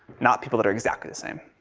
not people that are exactly the same.